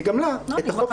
תני גם לה את החופש שלה.